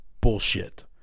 bullshit